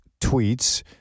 tweets